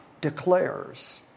declares